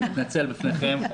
אני מתנצל בפניכם,